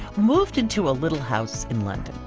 moved into a little house in london.